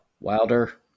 wilder